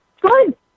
Good